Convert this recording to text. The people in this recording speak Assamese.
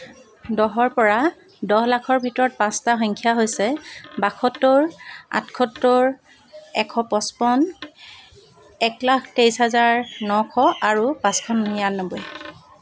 দহৰ পৰা দহ লাখৰ ভিতৰত পাঁচটা সংখ্যা হৈছে বাসত্তৰ আঠসত্তৰ এশ পঁচপন্ন এক লাখ তেইছ হাজাৰ নশ আৰু পাঁচশ নিৰানব্বৈ